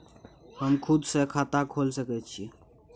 हम खुद से खाता खोल सके छीयै?